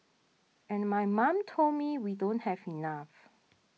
and my mom told me we don't have enough